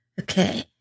Okay